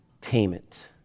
payment